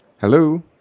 Hello